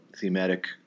thematic